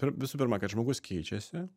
visų pirma kad žmogus keičiasi